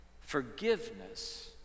forgiveness